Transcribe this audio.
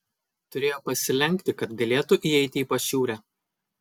turėjo pasilenkti kad galėtų įeiti į pašiūrę